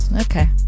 Okay